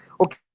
Okay